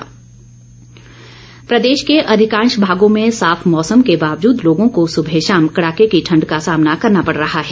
मौसम प्रदेश के अधिकांश भागों में साफ मौसम के बावजूद लोगों को सुबह शाम कड़ाके की ठण्ड का सामना करना पड़ रहा है